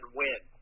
win